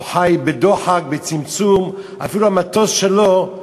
הוא חי בדוחק, בצמצום, ואפילו המטוס שלו,